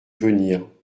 venir